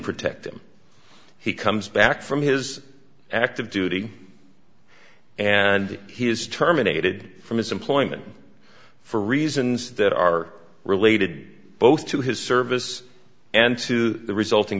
protect him he comes back from his active duty and he is terminated from his employment for reasons that are related both to his service and to the resultin